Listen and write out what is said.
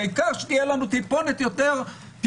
העיקר שיהיה לנו טיפה יותר כסף.